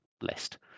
list